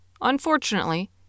Unfortunately